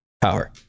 power